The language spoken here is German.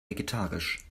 vegetarisch